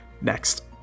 Next